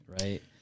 Right